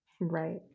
Right